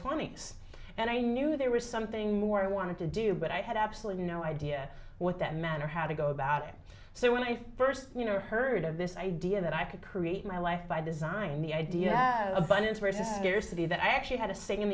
twenty's and i knew there was something more i wanted to do but i had absolutely no idea what that meant or how to go about it so when i first heard of this idea that i could create my life by design the idea of abundance versus scarcity that i actually had a s